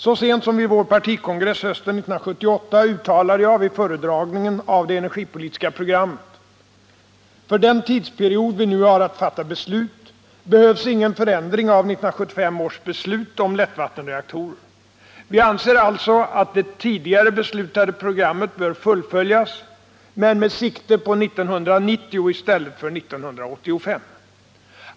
Så sent som vid vår partikongress hösten 1978 uttalade jag vid föredragningen av det energipolitiska programmet: ”För den tidsperiod vi nu har att fatta beslut behövs ingen förändring av 1975 års beslut om lättvattenreaktorer. Vi anser alltså att det tidigare beslutade programmet bör fullföljas men med sikte på 1990 i stället för 1985.